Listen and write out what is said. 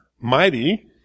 Mighty